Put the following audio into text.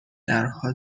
درها